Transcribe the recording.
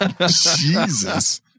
Jesus